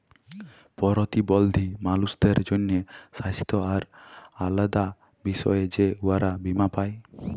পরতিবল্ধী মালুসদের জ্যনহে স্বাস্থ্য আর আলেদা বিষয়ে যে উয়ারা বীমা পায়